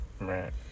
Right